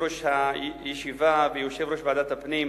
יושב-ראש הישיבה ויושב-ראש ועדת הפנים,